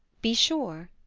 be sure.